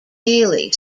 daily